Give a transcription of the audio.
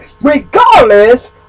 Regardless